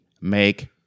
make